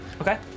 Okay